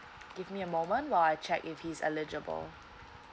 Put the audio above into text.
give me a moment while I check if he's eligible